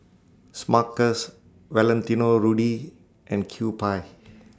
Smuckers Valentino Rudy and Kewpie